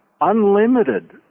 Unlimited